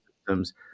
systems